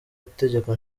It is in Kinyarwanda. itegeko